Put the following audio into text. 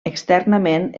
externament